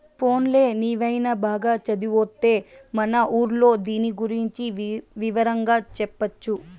పోన్లే నీవైన బాగా చదివొత్తే మన ఊర్లో దీని గురించి వివరంగా చెప్పొచ్చు